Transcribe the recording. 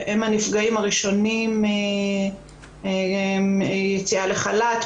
שהם הנפגעים הראשונים ביציאה לחל"ת,